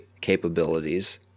capabilities